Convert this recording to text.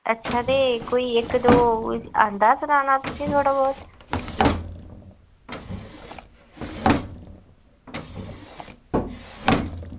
अच्छा ते कोई इक दो आंदा सनाना तुसेंगी थोह्ड़ा बौह्त